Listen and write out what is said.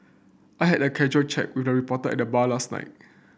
I had a casual chat with a reporter at the bar last night